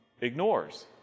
ignores